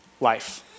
life